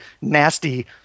nasty